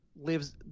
lives